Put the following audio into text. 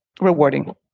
rewarding